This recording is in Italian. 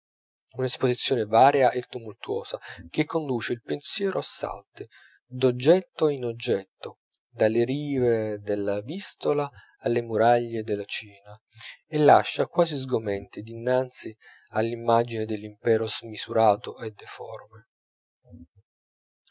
esposizione varia e tumultuosa che conduce il pensiero a salti d'oggetto in oggetto dalle rive della vistola alla muraglia della china e lascia quasi sgomenti dinanzi all'immagine dell'impero smisurato e deforme